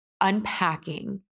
unpacking